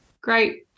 great